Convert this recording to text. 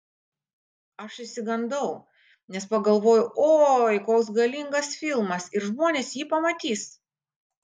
aš išsigandau nes pagalvojau oi toks galingas filmas ir žmonės jį pamatys